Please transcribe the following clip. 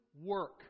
work